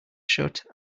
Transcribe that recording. shut